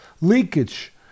leakage